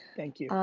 thank you.